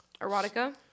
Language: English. Erotica